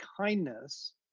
kindness